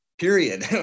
period